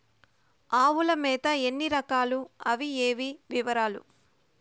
ఆవుల మేత ఎన్ని రకాలు? అవి ఏవి? వివరాలు?